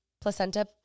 placenta